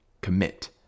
Commit